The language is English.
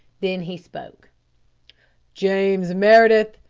then he spoke james meredith,